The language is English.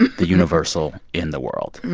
the universal in the world.